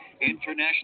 International